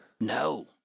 No